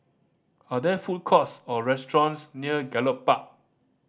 are there food courts or restaurants near Gallop Park